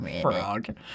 Frog